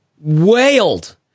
wailed